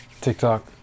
TikTok